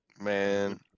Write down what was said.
Man